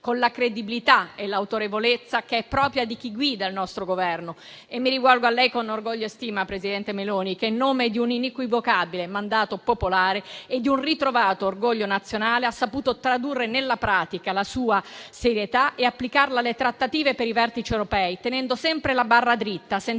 con la credibilità e l'autorevolezza che è propria di chi guida il nostro Governo. Mi rivolgo a lei con orgoglio e stima, presidente Meloni, che, in nome di un inequivocabile mandato popolare e di un ritrovato orgoglio nazionale, ha saputo tradurre nella pratica la sua serietà e applicarla alle trattative per il rinnovo dei vertici europei. E ha fatto ciò tenendo sempre la barra dritta e senza